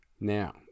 Now